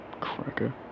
Cracker